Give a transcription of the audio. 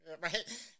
Right